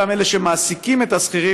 אותם אלה שמעסיקים את השכירים,